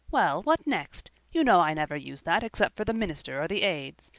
well, what next? you know i never use that except for the minister or the aids.